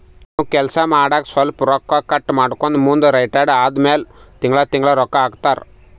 ನಾವ್ ಕೆಲ್ಸಾ ಮಾಡಾಗ ಸ್ವಲ್ಪ ರೊಕ್ಕಾ ಕಟ್ ಮಾಡ್ಕೊಂಡು ಮುಂದ ರಿಟೈರ್ ಆದಮ್ಯಾಲ ತಿಂಗಳಾ ತಿಂಗಳಾ ರೊಕ್ಕಾ ಕೊಡ್ತಾರ